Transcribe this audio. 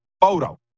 photo